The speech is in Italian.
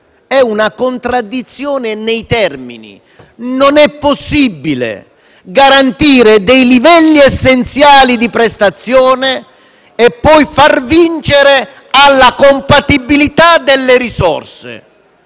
di una contraddizione in termini: non è possibile garantire dei livelli essenziali di prestazione e poi vincolarli alla compatibilità delle risorse.